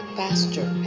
faster